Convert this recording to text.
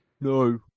No